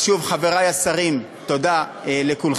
אז שוב, חברי השרים, תודה לכולכם